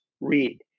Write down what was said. read